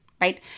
right